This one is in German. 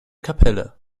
kapelle